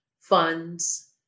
funds